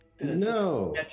No